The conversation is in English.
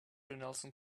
nelson